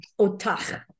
Otach